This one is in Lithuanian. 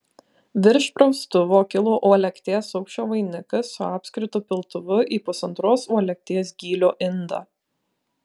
virš praustuvo kilo uolekties aukščio vainikas su apskritu piltuvu į pusantros uolekties gylio indą